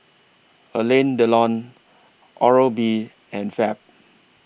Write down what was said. Alain Delon Oral B and Fab